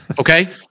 Okay